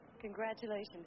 Congratulations